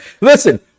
listen